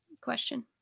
question